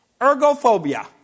ergophobia